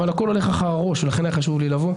אבל הכול הולך אחר הראש, לכן היה חשוב לי לבוא.